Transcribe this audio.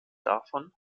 davon